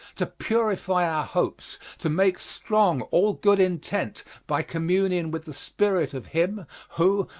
to purify our hopes, to make strong all good intent by communion with the spirit of him who,